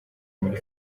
muri